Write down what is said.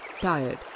tired